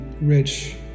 rich